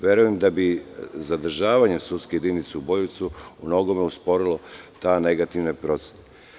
Verujem da bi zadržavanjem sudske jedinice u Boljevcu umnogome usporilo te negativne procese.